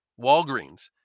Walgreens